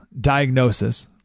diagnosis